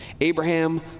Abraham